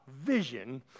vision